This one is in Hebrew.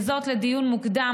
וזאת לדיון מוקדם.